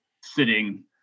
sitting